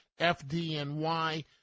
FDNY